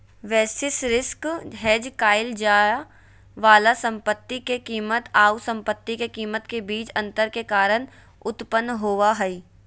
basis risk hedge क़इल जाय वाला संपत्ति के कीमत आऊ संपत्ति के कीमत के बीच अंतर के कारण उत्पन्न होबा हइ